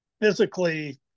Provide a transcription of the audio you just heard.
physically